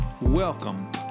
Welcome